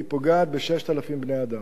היא פוגעת ב-6,000 בני-אדם.